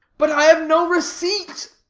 but i have no receipt